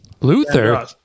Luther